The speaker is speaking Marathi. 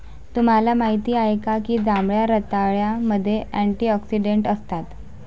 तुम्हाला माहित आहे का की जांभळ्या रताळ्यामध्ये अँटिऑक्सिडेंट असतात?